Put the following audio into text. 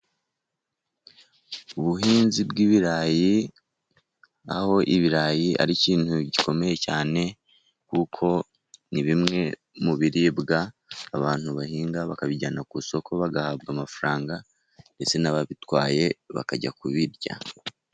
Ubuhinzi bw'ibirayi, aho ibirayi ari ikintu gikomeye cyane, kuko ni bimwe mu biribwa abantu bahinga bakabijyana ku isoko, bagahabwa amafaranga ndetse n'ababitwaye bakajya kubirya.